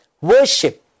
Worship